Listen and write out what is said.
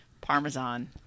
Parmesan